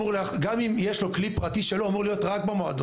גם אם יש לו כלי פרטי שלו הוא אמור להיות רק במועדון.